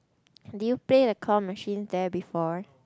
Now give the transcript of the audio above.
do you play the claw machine there before